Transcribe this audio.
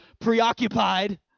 preoccupied